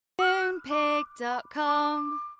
Moonpig.com